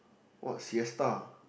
what siesta